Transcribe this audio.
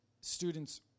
students